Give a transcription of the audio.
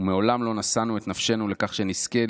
ומעולם לא נשאנו את נפשו לכך ש'נזכה'